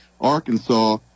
Arkansas